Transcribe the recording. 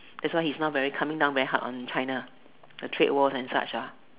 that's why he's now very coming down very hard on China the trade war and such ah